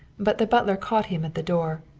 but the butler caught him at the door.